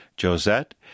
Josette